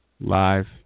Live